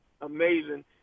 amazing